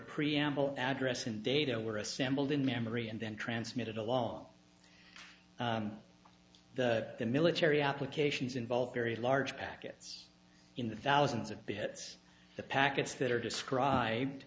preamble address and data were assembled in memory and then transmitted along the the military applications involve very large packets in the thousands of bits the packets that are described